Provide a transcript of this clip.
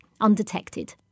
undetected